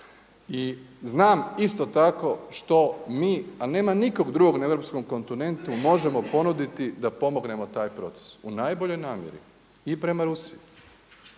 I znam isto tako što mi, a nema nikog drugog na europskom kontinentu možemo ponuditi da pomognemo taj proces u najboljoj namjeri i prema Rusiji